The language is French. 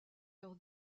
leur